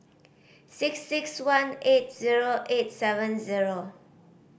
six six one eight zero eight seven zero